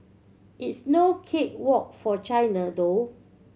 it's no cake walk for China though